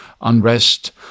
unrest